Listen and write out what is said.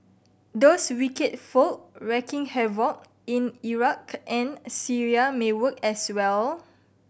those wicked folk wreaking havoc in Iraq and Syria may work as well